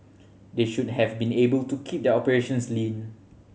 they should have been able to keep their operations lean